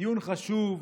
דיון חשוב,